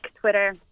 Twitter